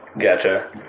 Gotcha